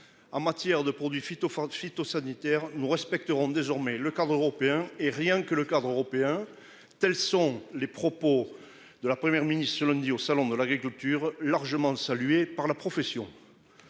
En matière de produits phyto-Ford phytosanitaires nous respecterons désormais le cadre européen, et rien que le cadre européen. Tels sont les propos de la Première ministre lundi au salon de l'agriculture largement saluée par la profession.